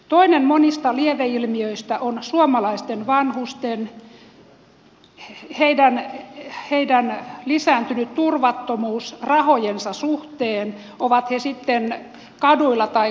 toinen monista lieveilmiöistä on suomalaisten vanhusten lisääntynyt turvattomuus rahojensa suhteen ovat he sitten kaduilla tai kodeissa